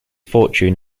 fortune